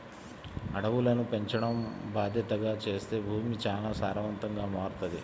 అడవులను పెంచడం బాద్దెతగా చేత్తే భూమి చానా సారవంతంగా మారతది